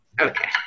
Okay